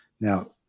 Now